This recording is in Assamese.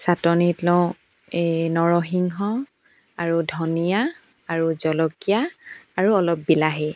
চাটনিত লওঁ এই নৰসিংহ আৰু ধনীয়া আৰু জলকীয়া আৰু অলপ বিলাহী